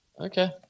Okay